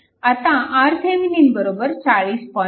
आता RThevenin 40